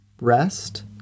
rest